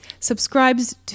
Subscribes